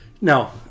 no